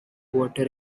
water